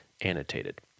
annotated